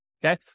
Okay